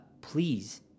please